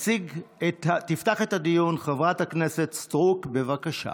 תפתח את הדיון חברת הכנסת סטרוק, בבקשה.